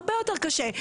הרבה יותר קשה.